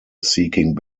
seeking